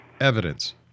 evidence